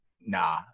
nah